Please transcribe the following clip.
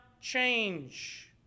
change